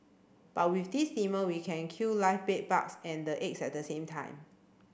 but with this steamer we can kill live bed bugs and the eggs at the same time